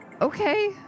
okay